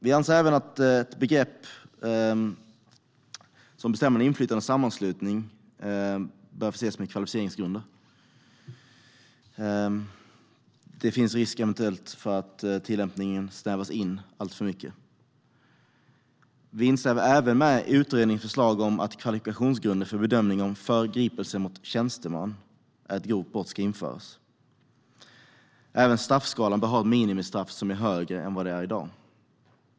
Vi anser även att begreppen "bestämmande inflytande" och "sammanslutning" bör förses med kvalificeringsgrunder. Annars finns det risk för att tillämpningen snävas in alltför mycket. Vi instämmer även med utredningens förslag om att kvalifikationsgrunder för bedömning av att förgripelse mot tjänsteman är ett grovt brott ska införas. Även straffskalan bör ha ett minimistraff som är högre än i dag.